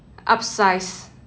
upsize